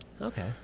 Okay